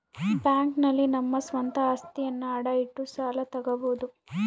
bank ನಲ್ಲಿ ನಮ್ಮ ಸ್ವಂತ ಅಸ್ತಿಯನ್ನ ಅಡ ಇಟ್ಟು ಸಾಲ ತಗೋಬೋದು